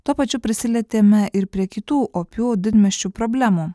tuo pačiu prisilietime ir prie kitų opių didmiesčių problemų